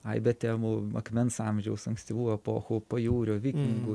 aibę temų akmens amžiaus ankstyvųjų epochų pajūrio vikingų